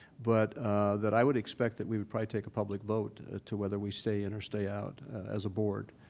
but that i would expect that we would probably take a public vote to whether we stay in or stay out, as a board,